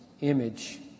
image